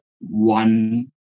one